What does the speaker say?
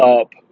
up